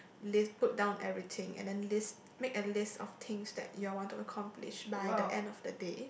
list put down everything and then list make a list of things that you all want to accomplish by the end of the day